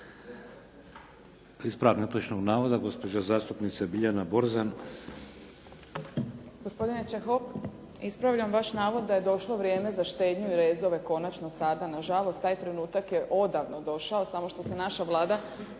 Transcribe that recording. Ispravak netočnog navoda gospođa zastupnica Biljana Borzan. **Borzan, Biljana (SDP)** Gospodine Čehok, ispravljam vaš navod da je došlo vrijeme za štednju i rezove konačno sada, nažalost taj trenutak je odavno došao samo što se naša Vlada